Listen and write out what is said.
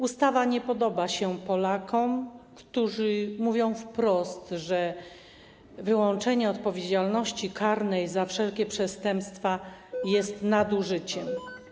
Ustawa nie podoba się Polakom, którzy mówią wprost, że wyłączenie odpowiedzialności karnej za wszelkie przestępstwa jest nadużyciem.